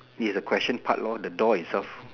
he has a question part lor the door itself